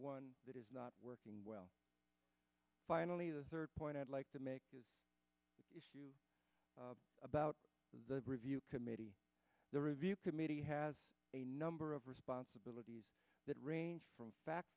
one that is not working well finally the third point i'd like to make about the review committee the review committee has a number of responsibilities that range from fact